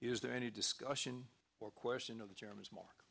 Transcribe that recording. is there any discussion or question of the chairman's mark